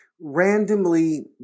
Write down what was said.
randomly